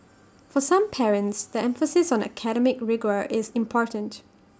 for some parents the emphasis on academic rigour is important